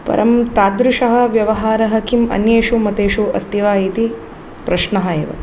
परं तादृशः व्यवहारः किम् अन्येषु मतेषु अस्ति वा इति प्रश्नः एव